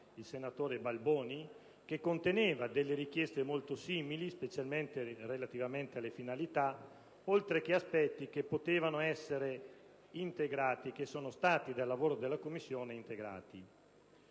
il senatore Balboni, che conteneva delle richieste molto simili, specialmente relativamente alle finalità, oltre ad aspetti che sono stati integrati dal lavoro della Commissione.